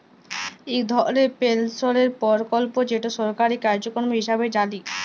ইক ধরলের পেলশলের পরকল্প যেট সরকারি কার্যক্রম হিঁসাবে জালি